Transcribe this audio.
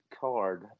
card